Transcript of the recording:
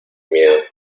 miedo